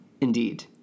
indeed